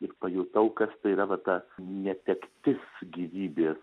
ir pajutau kas tai yra va ta netektis gyvybės